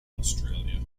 australia